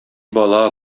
бала